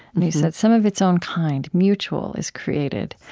and you said, some of its own kind, mutual, is created.